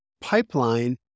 pipeline